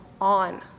on